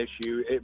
issue